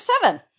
seven